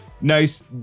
Nice